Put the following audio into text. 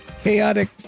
chaotic